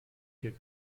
der